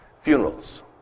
Funerals